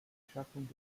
schaffung